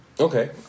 Okay